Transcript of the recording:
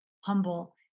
humble